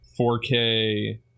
4K